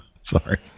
Sorry